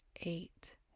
eight